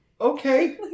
Okay